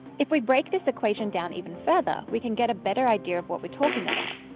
if we break this equation down even further we can get a better idea of what we're talking about.